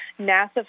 NASA